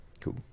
Cool